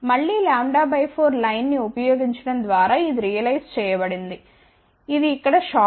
మళ్ళీ λ 4 లైన్ ని ఉపయోగించడం ద్వారా ఇది రియలైజ్ చేయబడింది ఇది ఇక్కడ షార్ట్